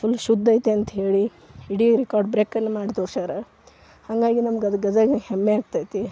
full ಶುದ್ಧ ಐತಿ ಅಂತ್ಹೇಳಿ ಇಡೀ ರೆಕಾರ್ಡ್ ಬ್ರೇಕನ್ನು ಮಾಡಿ ತೋರ್ಸಾರ ಹಾಗಾಗಿ ನಮ್ಗೆ ಗದಗ ಹೆಮ್ಮೆ ಆಗ್ತದೆ